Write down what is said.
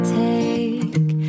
take